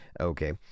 Okay